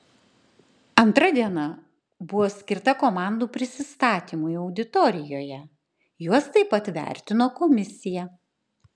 antra diena buvo skirta komandų prisistatymui auditorijoje juos taip pat vertino komisija